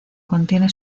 contiene